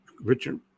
Richard